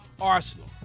Arsenal